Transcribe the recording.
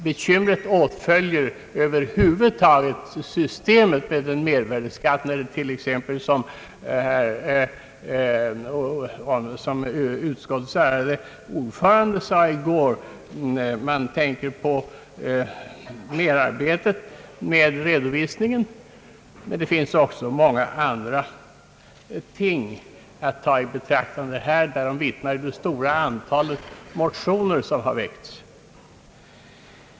Bekymret åtföljer över huvud taget systemet med mervärdeskatt när man t.ex. — som utskottets ärade ordförande sade i går — tänker på merarbetet med redovisningen. Men det finns också många andra faktorer att ta i beaktande. Härom vittnar ju det stora antal motioner som har väckts.